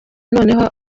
noneho